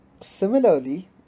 Similarly